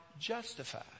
justified